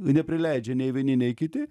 neprileidžia nei vieni nei kiti